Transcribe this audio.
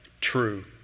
true